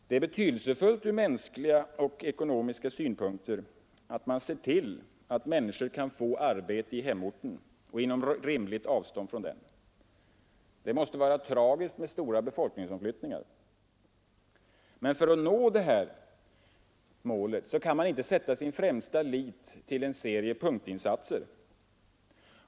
Det är betydelsefullt ur mänskliga och ekonomiska synpunkter att man ser till att människor kan få arbete i hemorten eller inom rimligt avstånd från den. Det måste vara tragiskt med stora befolkningsomflyttningar. Men för att nå detta mål kan man inte sätta sin främsta tillit till en serie punktinsatser.